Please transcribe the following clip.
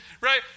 right